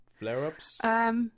flare-ups